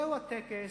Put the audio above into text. זהו הטקס,